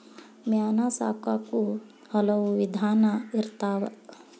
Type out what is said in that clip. ಮೇನಾ ಸಾಕಾಕು ಹಲವು ವಿಧಾನಾ ಇರ್ತಾವ